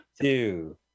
Two